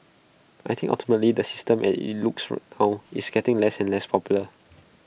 I think ultimately the system as IT looks now is getting less and less popular